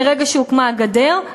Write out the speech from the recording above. מרגע שהוקמה הגדר,